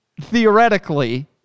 theoretically